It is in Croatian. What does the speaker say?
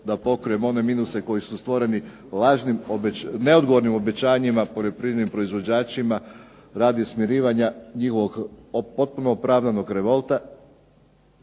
da pokrijemo one minuse koji su stvoreni neodgovornim obećanjima poljoprivrednim proizvođačima, radi smirivanja njihovog potpuno opravdanog revolta.